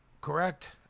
Correct